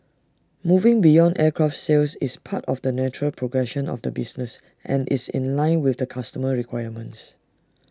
moving beyond aircraft sales is part of the natural progression of the business and is in line with customer requirements